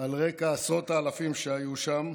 על רקע עשרות האלפים שהיו שם,